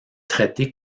traitée